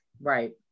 right